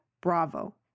Bravo